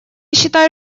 считаю